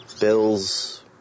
bills